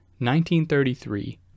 1933